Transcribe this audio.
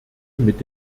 mit